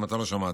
אם לא שמעת.